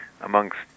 amongst